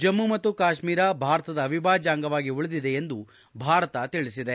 ಜಮ್ಮು ಮತ್ತು ಕಾಶ್ವೀರ ಭಾರತದ ಅವಿಭಾಜ್ಯ ಅಂಗವಾಗಿ ಉಳಿದಿದೆ ಎಂದು ಭಾರತ ಹೇಳಿದೆ